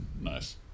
nice